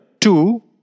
two